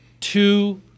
two